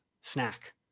snack